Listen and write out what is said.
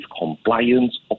compliance